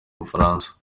bufaransa